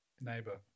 neighbor